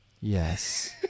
Yes